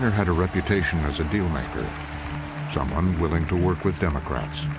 had a reputation as a dealmaker someone willing to work with democrats.